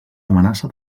amenaça